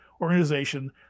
organization